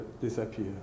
disappear